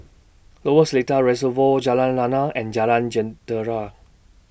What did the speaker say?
Lower Seletar Reservoir Jalan Lana and Jalan Jentera